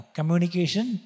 Communication